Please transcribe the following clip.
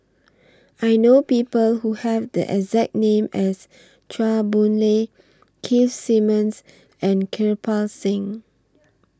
I know People Who Have The exact name as Chua Boon Lay Keith Simmons and Kirpal Singh